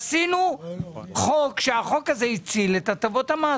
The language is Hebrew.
עשינו חוק שהציל את הטבות המס.